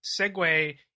segue